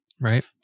Right